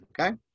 okay